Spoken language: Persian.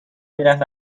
میرفت